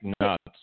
nuts